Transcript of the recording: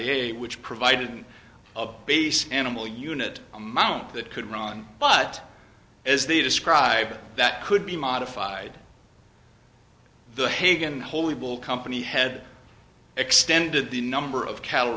a which provided a base animal unit amount that could run but as they described that could be modified the hagen holy will company head extended the number of cattle